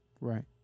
Right